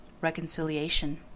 reconciliation